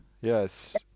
Yes